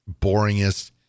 boringest